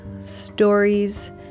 stories